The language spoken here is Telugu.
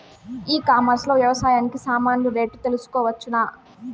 ఈ కామర్స్ లో వ్యవసాయానికి సామాన్లు రేట్లు తెలుసుకోవచ్చునా?